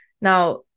Now